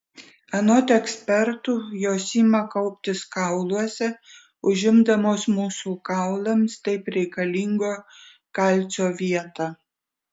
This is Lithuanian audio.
anot ekspertų jos ima kauptis kauluose užimdamos mūsų kaulams taip reikalingo kalcio vietą